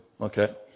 okay